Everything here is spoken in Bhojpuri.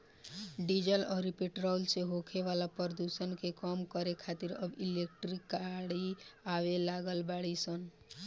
डीजल अउरी पेट्रोल से होखे वाला प्रदुषण के कम करे खातिर अब इलेक्ट्रिक गाड़ी आवे लागल बाड़ी सन